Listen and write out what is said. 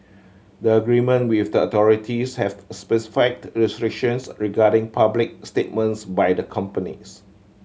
the agreement with the authorities have specific restrictions regarding public statements by the companies